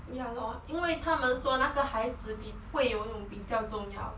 ya lor 因为他们说那个孩子比会游泳比较重要